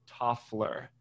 Toffler